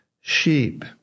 sheep